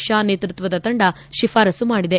ಷಾ ನೇತೃತ್ವದ ತಂಡ ಶಿಫಾರಸ್ಸು ಮಾಡಿದೆ